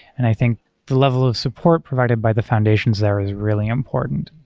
and i think the level of support provided by the foundations there is really important.